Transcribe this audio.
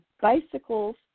bicycles